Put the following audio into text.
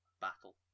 Battle